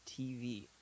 TV